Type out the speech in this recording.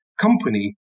company